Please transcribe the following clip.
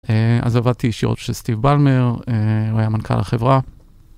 אז עבדתי ישירות בשביל סטיב בלמר, הוא היה מנכ״ל החברה.